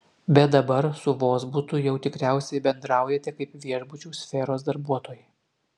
bet dabar su vozbutu jau tikriausiai bendraujate kaip viešbučių sferos darbuotojai